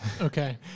Okay